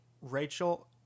Rachel